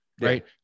Right